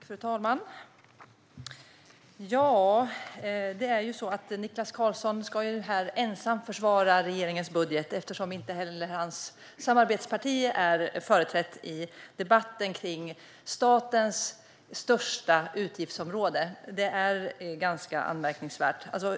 Fru talman! Niklas Karlsson ska här ensam försvara regeringens budget eftersom hans samarbetsparti inte är företrätt i debatten om statens största utgiftsområde. Det är ganska anmärkningsvärt.